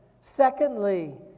Secondly